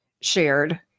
shared